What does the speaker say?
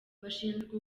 bashinjwa